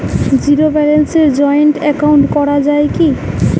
Zero ব্যালেন্সে joint account করা য়ায় কি?